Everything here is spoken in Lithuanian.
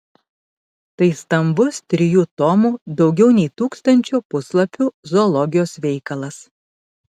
tai stambus trijų tomų daugiau nei tūkstančio puslapių zoologijos veikalas